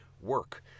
work